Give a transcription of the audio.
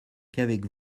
qu’avec